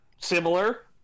similar